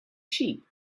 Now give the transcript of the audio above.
sheep